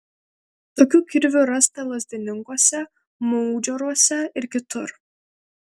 tokių kirvių rasta lazdininkuose maudžioruose ir kitur